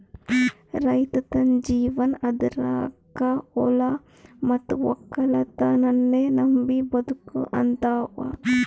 ರೈತ್ ತನ್ನ ಜೀವನ್ ಆಧಾರಕಾ ಹೊಲಾ ಮತ್ತ್ ವಕ್ಕಲತನನ್ನೇ ನಂಬಿ ಬದುಕಹಂತಾವ